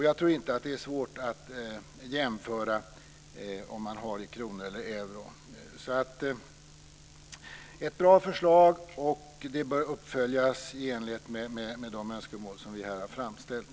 Jag tror inte att det är svårt att jämföra om man väljer kronor eller euro. Det handlar alltså om ett bra förslag. Det bör följas upp i enlighet med de önskemål som vi här har framställt.